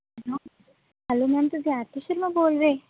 hello hello ma'am ਤੁਸੀਂ ਆਰਤੀ ਸ਼ਰਮਾ ਬੋਲ ਰਹੇ